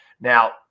Now